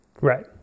Right